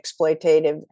exploitative